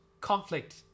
conflict